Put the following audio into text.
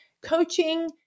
coaching